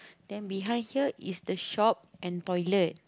then behind here is the shop and toilet